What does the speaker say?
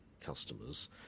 customers